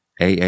AA